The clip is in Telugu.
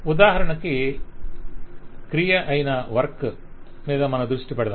ఉదాహరణకి క్రియ అయిన వర్క్ work పని మీద మన దృష్టి పెడదాం